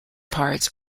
parts